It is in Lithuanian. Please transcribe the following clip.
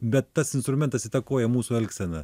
bet tas instrumentas įtakoja mūsų elgseną